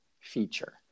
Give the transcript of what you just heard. feature